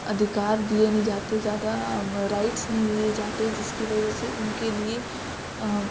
ادھیکار دیے نہیں جاتے زیادہ رائٹس نہیں دیے جاتے جس کی وجہ سے ان کے لیے